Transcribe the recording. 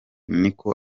niko